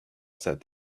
said